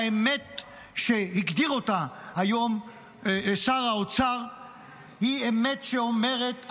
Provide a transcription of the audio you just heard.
האמת שהגדיר היום שר האוצר היא אמת שאומרת: